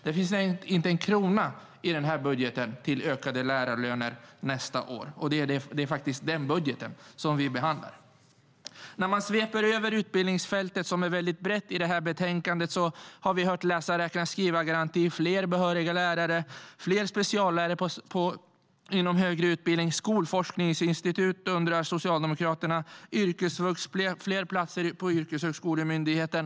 Det finns inte en krona i den här budgeten till ökade lärarlöner nästa år, och det är faktiskt den budgeten som vi behandlar. På utbildningsfältet, som är brett i betänkandet, har vi hört om räkna-läsa-skriva-garanti, fler behöriga lärare, fler speciallärare inom högre utbildning, skolforskningsinstitut, yrkesvux och fler platser på Yrkeshögskolemyndigheten.